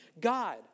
God